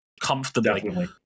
comfortably